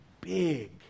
big